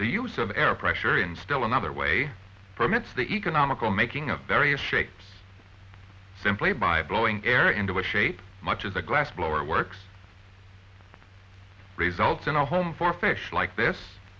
the use of air pressure in still another way permits the economical making of various shapes simply by blowing air into the shape much as a glass blower works results in a home for fish like this